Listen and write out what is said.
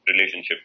relationship